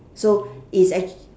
so it's actu~